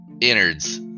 innards